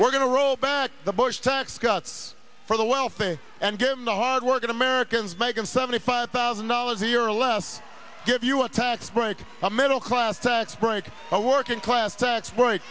we're going to roll back the bush tax cuts for the wealthy and give him the hard working americans making seventy five thousand dollars a year or less give you a tax break a middle class tax break a working class tax